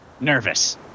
Nervous